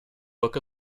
book